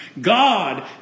God